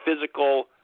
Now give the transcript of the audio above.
physical